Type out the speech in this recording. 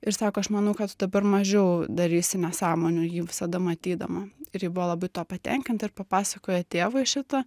ir sako aš manau kad tu dabar mažiau darysi nesąmonių jį visada matydama ir ji buvo labai tuo patenkinta ir papasakojo tėvui šitą